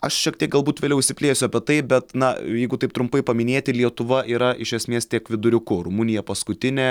aš šiek tiek galbūt vėliau išsiplėsiu apie tai bet na jeigu taip trumpai paminėti lietuva yra iš esmės tiek viduriuku rumunija paskutinė